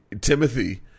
Timothy